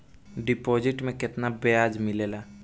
Deposit मे केतना बयाज मिलेला?